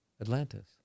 Atlantis